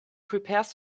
prepares